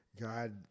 God